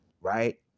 right